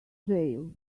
jail